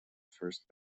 first